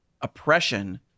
oppression